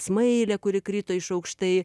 smailė kuri krito iš aukštai